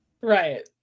Right